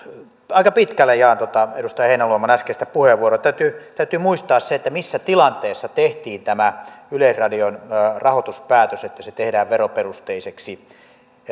aika pitkälle jaan tuota edustaja heinäluoman äskeistä puheenvuoroa täytyy täytyy muistaa se missä tilanteessa tehtiin tämä yleisradion rahoituspäätös että se tehdään veroperusteiseksi